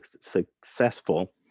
successful